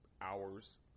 hours